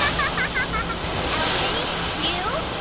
ah hahahaha! help me? you?